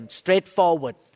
straightforward